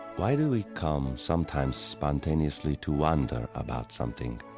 why do we come, sometimes spontaneously, to wonder about something?